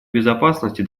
безопасности